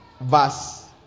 verse